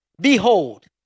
Behold